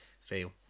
feel